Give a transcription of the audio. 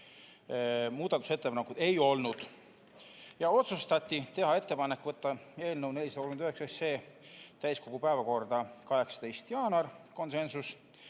muudatusettepanekuid ei olnud. Otsustati: teha ettepanek võtta eelnõu 459 täiskogu päevakorda 18. jaanuariks (konsensus),